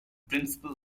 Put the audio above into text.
principal